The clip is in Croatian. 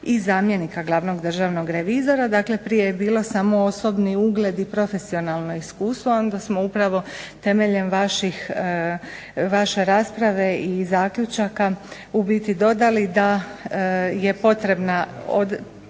i zamjenika glavnog državnog revizora. Dakle, prije je bilo samo osobni ugled i profesionalno iskustvo. Onda smo upravo temeljem vaše rasprave i vaših zaključaka u biti dodali da je potrebna